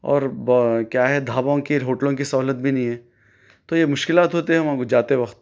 اور با کیا ہے ڈھابوں کی اور ہوٹلوں کی سہولت بھی نہیں ہے تو یہ مشکلات ہوتے ہیں وہاں کو جاتے وقت